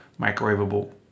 microwavable